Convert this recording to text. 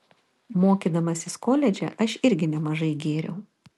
mokydamasis koledže aš irgi nemažai gėriau